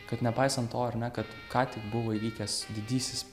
kad nepaisant to ar ne kad ką tik buvo įvykęs didysis